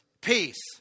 Peace